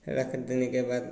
रख देने के बाद